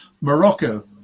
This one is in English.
Morocco